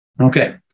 Okay